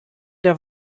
der